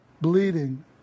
bleeding